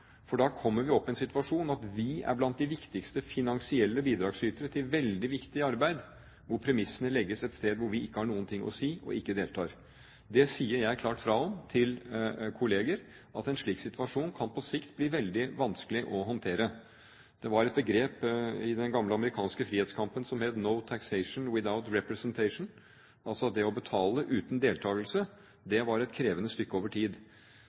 for da kommer vi opp i en situasjon hvor vi er blant de viktigste finansielle bidragsyterne til veldig viktig arbeid og premissene legges et sted hvor vi ikke har noen ting å si og ikke deltar. Det sier jeg klart fra om til kolleger, at en slik situasjon på sikt kan bli veldig vanskelig å håndtere. Det var et begrep i den gamle amerikanske frihetskampen som het «no taxation without representation» – altså det å betale uten deltakelse – det var et krevende stykke over tid.